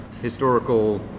historical